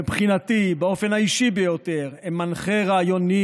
מבחינתי באופן האישי ביותר הן מנחה רעיוני